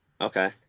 Okay